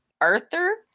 Arthur